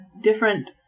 different